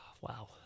Wow